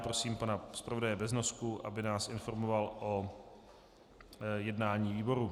Prosím pana zpravodaje Beznosku, aby nás informoval o jednání výboru.